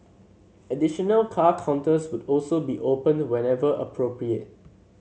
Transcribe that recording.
additional car counters would also be opened whenever appropriate